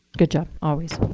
good job, always.